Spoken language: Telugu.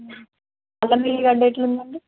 అల్లం ఉల్లిగడ్డ ఎట్లుందండి